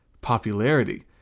popularity